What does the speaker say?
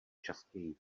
častěji